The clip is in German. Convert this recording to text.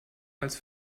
als